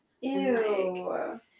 Ew